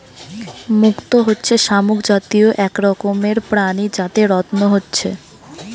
মুক্ত হচ্ছে শামুক জাতীয় এক রকমের প্রাণী যাতে রত্ন হচ্ছে